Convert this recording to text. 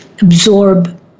absorb